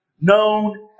known